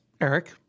Eric